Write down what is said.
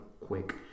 quick